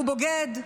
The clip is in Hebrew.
הוא בוגד?